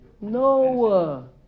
No